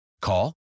Call